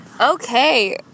Okay